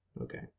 Okay